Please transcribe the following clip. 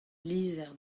lizher